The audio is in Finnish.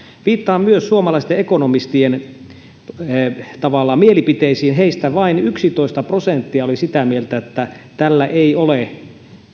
viittaan myös suomalaisten ekonomistien mielipiteisiin heistä vain yksitoista prosenttia oli sitä mieltä että tällä ei ole